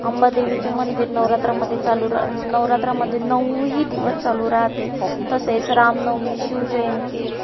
अंबादेवीचे मंदिर नवरात्रामध्ये चालू नवरात्रामध्ये नऊही दिवस चालू राहते तसेच रामनवमी शिवजयंती